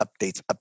updates